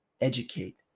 educate